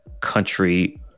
country